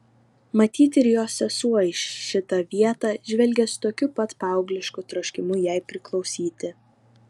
matyt ir jos sesuo į šitą vietą žvelgė su tokiu pat paauglišku troškimu jai priklausyti